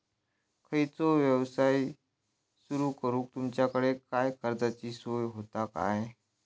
खयचो यवसाय सुरू करूक तुमच्याकडे काय कर्जाची सोय होता काय?